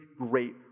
great